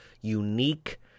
unique